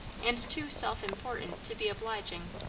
and too self-important to be obliging,